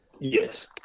Yes